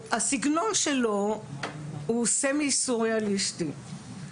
הסגנון שלו הוא סמי-סוריאליסטי,